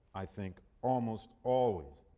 i think, almost always,